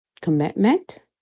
commitment